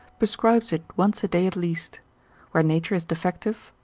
prescribes it once a day at least where nature is defective,